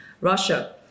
Russia